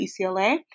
UCLA